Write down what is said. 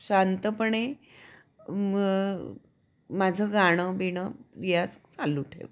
शांतपणे म माझं गाणं बिणं रियाज चालू ठेवते